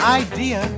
idea